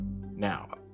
now